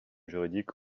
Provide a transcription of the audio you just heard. juridique